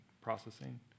processing